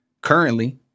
currently